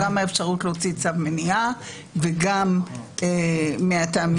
גם האפשרות להוציא צו מניעה, וגם מהטעמים הנוספים.